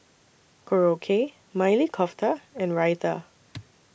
Korokke Maili Kofta and Raita